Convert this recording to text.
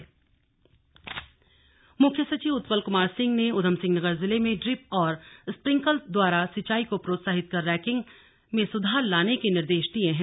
slug मुख्य सचिव बैठक मुख्य सचिव उत्पल कुमार सिंह ने उधमसिंहनगर जिले में ड्रिप और स्प्रिंकल द्वारा सिंचाई को प्रोत्साहित कर रैंकिंग में सुधार लाने के निर्देश दिए हैं